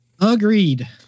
Agreed